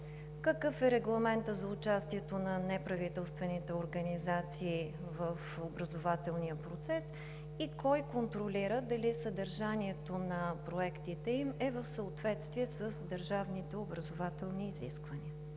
какъв е регламентът за участието на неправителствените организации в образователния процес и кой контролира дали съдържанието на проектите им е в съответствие с държавните образователни изисквания?